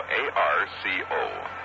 A-R-C-O